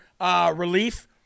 relief